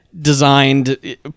designed